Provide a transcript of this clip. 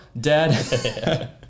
Dad